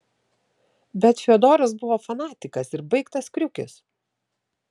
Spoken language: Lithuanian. bet fiodoras buvo fanatikas ir baigtas kriukis